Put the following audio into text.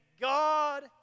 God